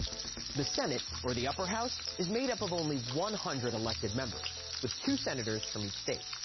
the senate, or the upper house, is made up of only one hundred elected members with two senators from each state.